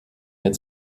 mehr